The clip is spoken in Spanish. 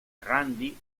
randy